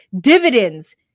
dividends